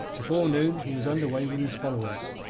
before noon he was under way with his followers,